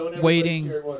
waiting